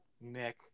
Nick